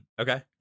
Okay